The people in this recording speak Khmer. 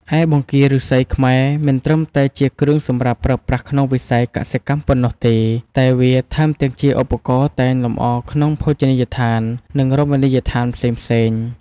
ឯបង្គីឫស្សីខ្មែរមិនត្រឹមតែជាគ្រឿងសម្រាប់ប្រើប្រាស់ក្នុងវិស័យកសិកម្មប៉ុណ្ណោះទេតែវាថែមទាំងជាឧបករណ៍តែងលម្អក្នុងភោជនីយដ្ឋាន និងរមណីយដ្ឋានផ្សេងៗ។